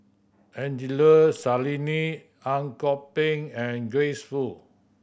Angelo Sanelli Ang Kok Peng and Grace Fu